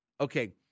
okay